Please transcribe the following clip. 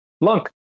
Lunk